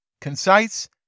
concise